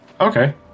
Okay